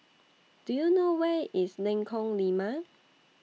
Do YOU know Where IS Lengkong Lima